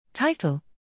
Title